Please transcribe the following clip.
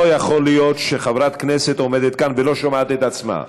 לא יכול להיות שחברת כנסת עומדת כאן ולא שומעת את עצמה.